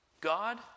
God